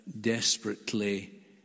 desperately